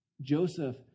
Joseph